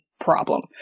problem